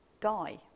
die